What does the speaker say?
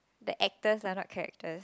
the actors lah not characters